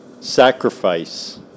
sacrifice